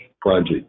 project